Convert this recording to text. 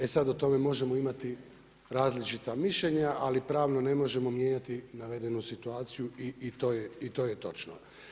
E sada o tome možemo imati različita mišljenja, ali pravno ne možemo mijenjati navedenu situaciju i to je točno.